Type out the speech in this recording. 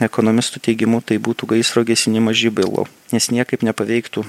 ekonomistų teigimu tai būtų gaisro gesinimas žibalu nes niekaip nepaveiktų